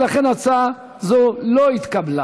ולכן הצעה זו לא התקבלה.